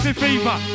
fever